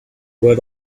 read